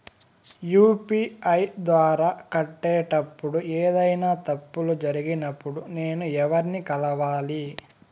UPI ద్వారా కట్టేటప్పుడు ఏదైనా తప్పులు జరిగినప్పుడు నేను ఎవర్ని కలవాలి?